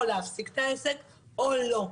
או להפסיק את העסק או לא.